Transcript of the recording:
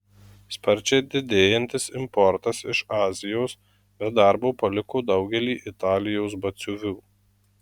sparčiai didėjantis importas iš azijos be darbo paliko daugelį italijos batsiuvių